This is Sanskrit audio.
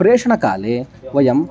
प्रेषणकाले वयम्